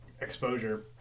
exposure